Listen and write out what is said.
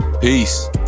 Peace